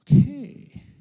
Okay